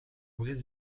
brise